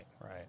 right